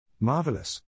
Marvelous